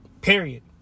period